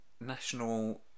National